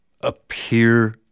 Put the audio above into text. appear